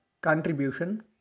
contribution